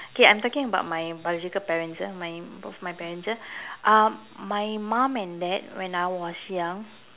okay I'm talking about my biological parents ah my both my parents ah um my mum and dad when I was young